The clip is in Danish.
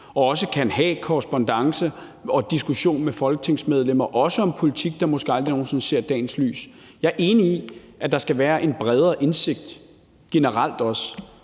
også kan have en korrespondance og en diskussion med folketingsmedlemmer om politik, der måske aldrig nogen sinde ser dagens lys. Jeg er enig i, at der generelt skal være en bredere indsigt, men det er også